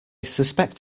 suspect